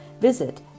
visit